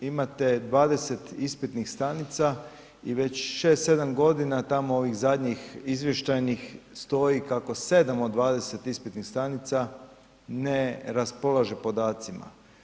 Imate 20 ispitnih stanica i već 6, 7 godina tamo ovih zadnjih izvještajnih stoji kako 7 od 20 ispitnih stanica ne raspolaže podacima.